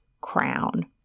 crown